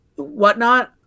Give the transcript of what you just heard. whatnot